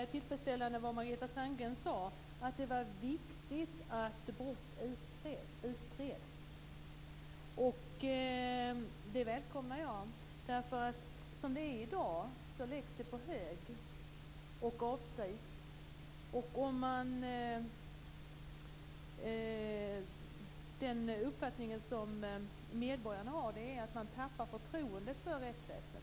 Fru talman! Jag noterade tillfredsställd vad Margareta Sandgren sade, nämligen att det är viktigt att brott utreds. Det välkomnar jag, därför att som det är i dag läggs utredningar på hög och avskrivs. Medborgarna tappar förtroendet för rättsväsendet.